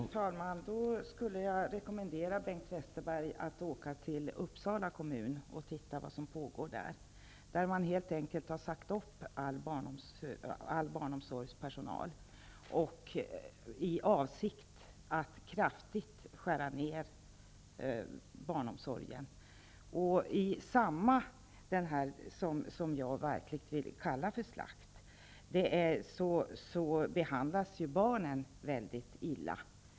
Herr talman! Då skulle jag rekommendera Bengt Westerberg att åka till Uppsala kommun och titta vad som pågår där. Man har helt enkelt sagt upp all barnomsorgspersonal, i avsikt att kraftigt skära ner barnomsorgen. I samband med denna slakt -- jag vill verkligen kalla det för slakt -- behandlas ju barnen väldigt illa.